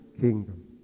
kingdom